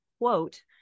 quote